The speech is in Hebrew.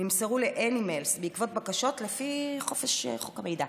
שנמסרו לארגון אנימלס לפי בקשות על פי חוק חופש המידע: